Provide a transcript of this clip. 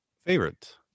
Favorite